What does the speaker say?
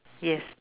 yes